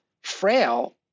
frail